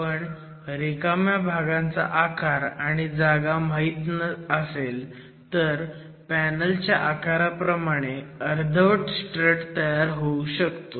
पण रिकाम्या भागांचा आकार आणि जागा माहीत असेल तर पॅनल च्या आकाराप्रमाणे अर्धवट स्ट्रट तयार होऊ शकतो